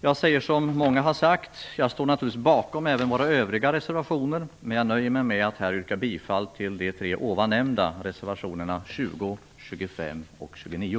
Jag säger som många har sagt. Jag står således bakom samtliga våra reservationer, men jag nöjer mig med att här yrka bifall till nämnda reservationer, dvs. reservationerna 20, 25 och 29.